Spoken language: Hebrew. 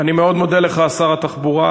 אני מאוד מודה לך, שר התחבורה,